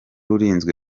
urinzwe